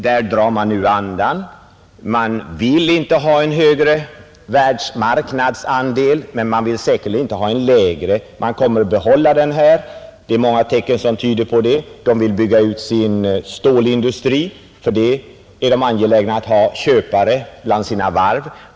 Där drar man nu andan. Man vill inte ha en högre världsmarknadsandel, men man vill heller inte ha en lägre. Man kommer att hålla den här andelen, Det är många tecken som tyder på det. Japanerna vill bygga ut sin stålindustri. För det är de angelägna om att ha köpare bland sina varv.